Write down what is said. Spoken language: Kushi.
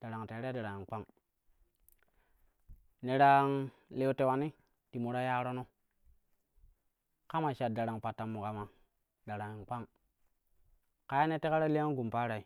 darang terei darangin kpang. Ne ta leu tewani ti mo ta yaarono kama shar darang pattanmu kama darangin kpang kaye ne teka liyan gum paroi.